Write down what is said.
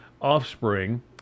offspring